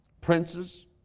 princes